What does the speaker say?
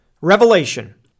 Revelation